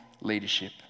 leadership